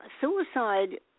suicide